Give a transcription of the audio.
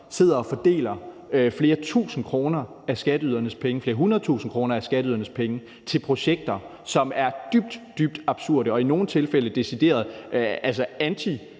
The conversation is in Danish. sidder og fordeler flere tusind kroner af skatteydernes penge, flere hundredtusind kroner af skatteydernes penge, til projekter, som er dybt, dybt absurde og i nogle tilfælde decideret